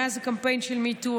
מאז הקמפיין של MeToo,